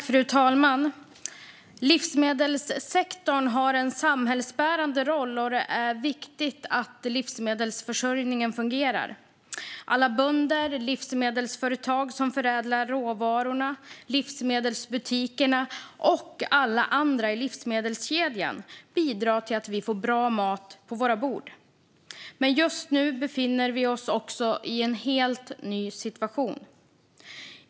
Fru talman! Livsmedelssektorn har en samhällsbärande roll, och det är viktigt att livsmedelsförsörjningen fungerar. Alla bönder, livsmedelsföretagen som förädlar råvarorna, livsmedelsbutikerna och alla andra i livsmedelskedjan bidrar till att vi får bra mat på våra bord. Men just nu befinner vi oss i en helt ny situation.